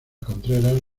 contreras